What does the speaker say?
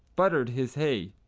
buttered his hay.